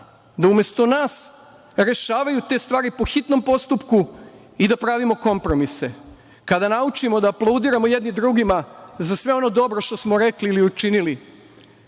da umesto nas rešavaju te stvari po hitnom postupku i da pravimo kompromise. Kada naučimo da aplaudiramo jedni drugima za sve ono dobro što smo rekli ili učinili,